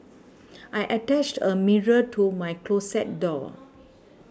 I attached a mirror to my closet door